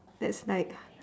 that's like